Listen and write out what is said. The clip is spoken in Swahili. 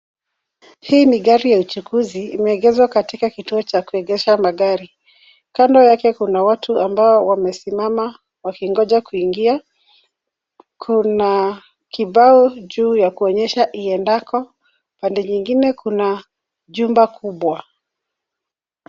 Hii ni gari ya uchukuzi imeegezwa katika kituo cha kuegesha magari, Kando yake kuna watu ambao wamesimama wakingoja kuingia, kuna kibao juu ya kuonyesha iendako, pande nyingine kuna jumba kubwa.